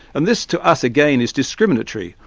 and this to us again is discriminatory.